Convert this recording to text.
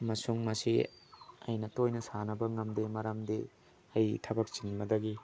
ꯑꯃꯁꯨꯡ ꯃꯁꯤ ꯑꯩꯅ ꯇꯣꯏꯅ ꯁꯥꯟꯅꯕ ꯉꯝꯗꯦ ꯃꯔꯝꯗꯤ ꯑꯩ ꯊꯕꯛ ꯆꯤꯟꯕꯗꯒꯤ